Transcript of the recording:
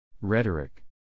Rhetoric